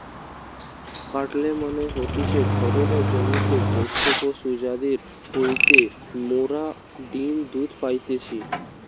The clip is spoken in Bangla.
কাটেল মানে হতিছে ঘরে বা জমিতে পোষ্য পশু যাদির হইতে মোরা ডিম্ দুধ পাইতেছি